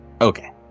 Okay